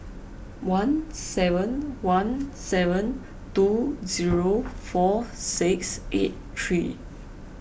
one seven one seven two zero four six eight three